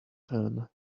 tan